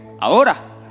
Ahora